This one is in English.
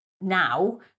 now